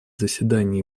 заседаний